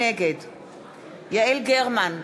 נגד יעל גרמן,